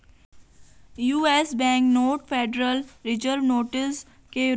US bank note federal reserve notes के रूप में जारी किए जाते हैं